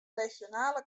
regionale